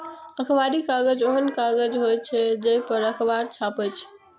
अखबारी कागज ओहन कागज होइ छै, जइ पर अखबार छपै छै